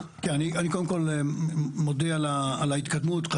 אני מודה על ההתקדמות.